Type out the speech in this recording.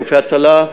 גופי הצלה,